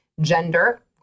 gender